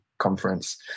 conference